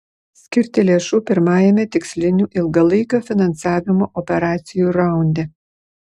skirti lėšų pirmajame tikslinių ilgalaikio finansavimo operacijų raunde